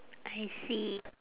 I see